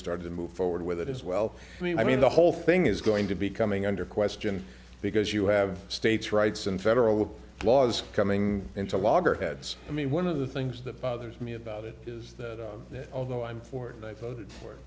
started to move forward with it as well i mean i mean the whole thing is going to be coming under question because you have states rights and federal laws coming into loggerheads i mean one of the things that bothers me about it is that although i'm fortnight voted for it